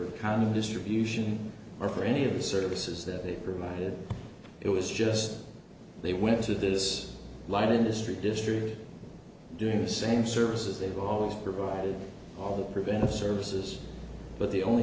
the condom distribution or for any of the services that they provided it was just they went through this light industry destry doing the same services they've always provided all the preventive services but the only